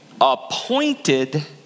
appointed